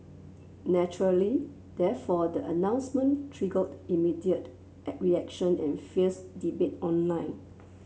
naturally therefore the announcement triggered immediate at reaction and fierce debate online